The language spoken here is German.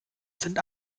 sind